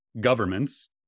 governments